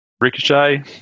Ricochet